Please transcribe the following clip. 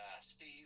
Steve